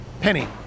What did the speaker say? Penny